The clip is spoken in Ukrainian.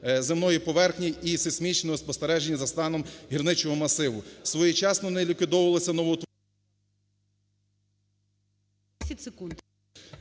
земною поверхнею і сейсмічні спостереження за станом гірничого масиву. Своєчасно не ліквідовувалися… ГОЛОВУЮЧИЙ.